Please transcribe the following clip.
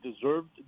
deserved